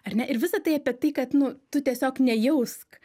ar ne ir visa tai apie tai kad nu tu tiesiog nejausk